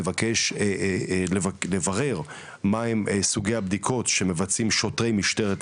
נבקש לברר מהם סוגי הבדיקות שמצבעים שוטרי משטרת ישראל,